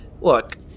Look